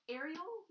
Ariel